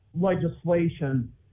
legislation